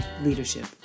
leadership